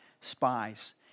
spies